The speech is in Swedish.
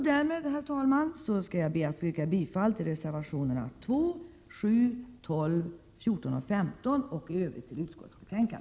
Därmed, herr talman, skall jag be att få yrka bifall till reservationerna 2, 7, 12, 14 och 15 samt i övrigt till utskottets hemställan.